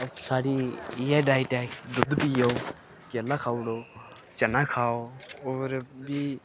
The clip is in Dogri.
साढ़ी इयै डाइट ऐ दुद्ध पियो केला खाई ओड़ो चना खाओ होर बी